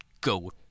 go